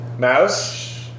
Mouse